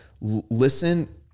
listen